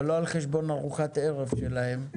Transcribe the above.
אבל לא על חשבון ארוחת ערב שלהם,